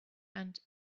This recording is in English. and